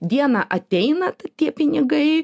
dieną ateina tie pinigai